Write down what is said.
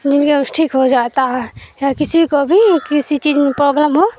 جن کے ٹھیک ہو جاتا ہے یا کسی کو بھی کسی چیز میں پرابلم ہو